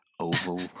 Oval